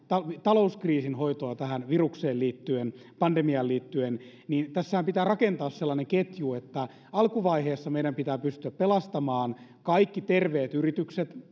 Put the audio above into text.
talouskriisin hoitoa tähän virukseen pandemiaan liittyen niin tässähän pitää rakentaa sellainen ketju että alkuvaiheessa meidän pitää pystyä pelastamaan kaikki terveet yritykset